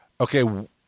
okay